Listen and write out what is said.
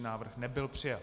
Návrh nebyl přijat.